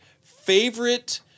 Favorite